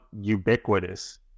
ubiquitous